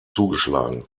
zugeschlagen